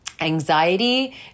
Anxiety